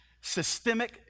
systemic